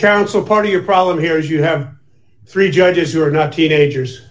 counsel part of your problem here is you have three judges you're not teenagers